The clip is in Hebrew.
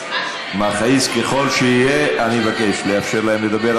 מכעיס ככל שיהיה, אני מבקש לאפשר להם לדבר.